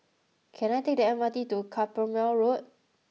can I take the M R T to Carpmael Road